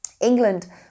England